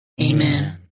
Amen